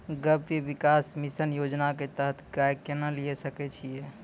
गव्य विकास मिसन योजना के तहत गाय केना लिये सकय छियै?